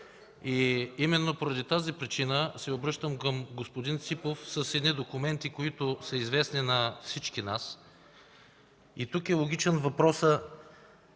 и именно поради тази причина се обръщам към господин Ципов с едни документи, които са известни на всички нас. Тук е логичен въпросът,